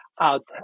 out